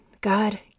God